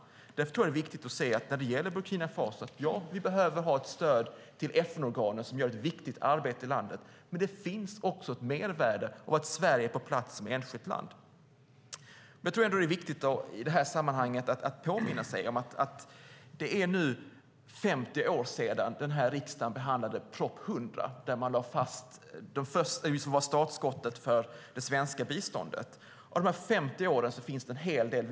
Därför tror jag att det är viktigt att se att vi, när det gäller Burkina Faso, behöver ha ett stöd till FN-organen, som gör ett viktigt arbete i landet. Men det finns också ett mervärde i att Sverige är på plats som enskilt land. Jag tror att det är viktigt, i det här sammanhanget, att påminna sig om att det nu är 50 år sedan den här riksdagen behandlade proposition 100 som var startskottet för det svenska biståndet. Av de här 50 åren finns det en hel del vi kan lära.